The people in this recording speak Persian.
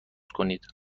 کنید